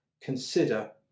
consider